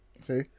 See